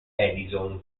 edison